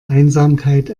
einsamkeit